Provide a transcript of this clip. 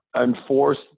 enforce